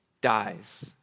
Dies